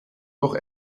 noch